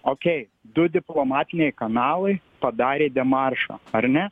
okei du diplomatiniai kanalai padarė demaršą ar ne